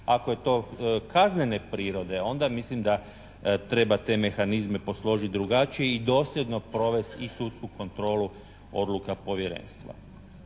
ako je to kaznene prirode onda mislim da treba te mehanizme posložit drugačije i dosljedno provest i sudsku kontrolu odluka povjerenstva.